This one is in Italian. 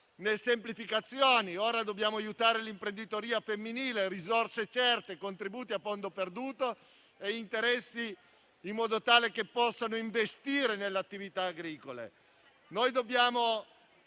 decreto semplificazioni, e ora dobbiamo aiutare l'imprenditoria femminile con risorse certe, contributi a fondo perduto e interessi in modo tale che possano investire nelle attività agricole.